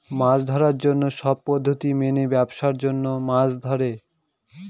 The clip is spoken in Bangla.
মাছ ধরার জন্য সব পদ্ধতি মেনে ব্যাবসার জন্য মাছ ধরে